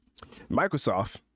Microsoft